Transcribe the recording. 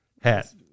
hat